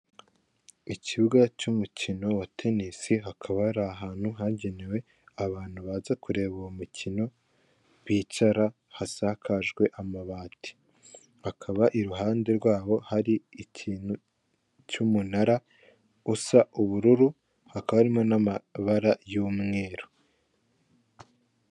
Ikibuga cy'umukino wa tenisi hakaba hari ahantu hagenewe abantu baza kureba uwo mukino bicara hasakajwe amabati hakaba iruhande rwaho hari ikintu cy'umunara usa ubururu hakaba harimo n'amabara y'umweru.